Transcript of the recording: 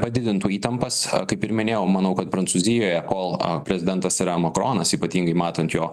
padidintų įtampas kaip ir minėjau manau kad prancūzijoje kol a prezidentas yra makronas ypatingai matant jo